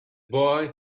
boy